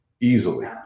easily